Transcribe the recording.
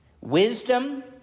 Wisdom